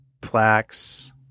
plaques